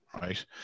right